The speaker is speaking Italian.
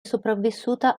sopravvissuta